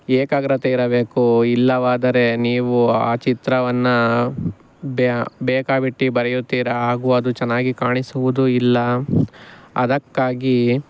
ಏಕಾಗ್ರತೆ ಇರಬೇಕು ಇಲ್ಲವಾದರೆ ನೀವು ಆ ಚಿತ್ರವನ್ನು ಬ್ಯಾ ಬೇಕಾಬಿಟ್ಟಿ ಬರಿಯುತ್ತೀರಿ ಹಾಗೂ ಅದು ಚೆನ್ನಾಗಿ ಕಾಣಿಸುವುದೂ ಇಲ್ಲ ಅದಕ್ಕಾಗಿ